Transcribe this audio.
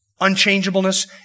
unchangeableness